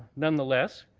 nonetheless,